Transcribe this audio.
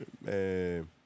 Man